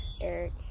Eric